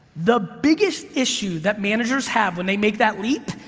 the biggest issue that managers have when they make that leap,